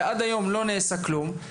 ועד היום לא נעשה כלום,